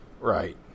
Right